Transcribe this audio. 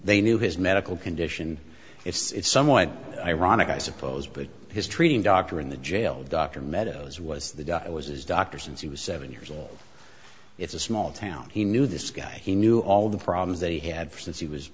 they knew his medical condition it's somewhat ironic i suppose but his treating doctor in the jail dr meadows was the guy was his doctor since he was seven years old it's a small town he knew this guy he knew all the problems they had since he was